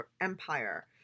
Empire